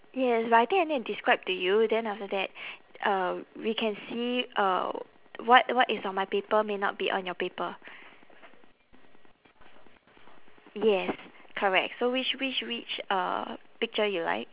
yes but I think I need to describe to you then after that uh we can see uh what what is on my paper may not be on your paper yes correct so which which which uh picture you like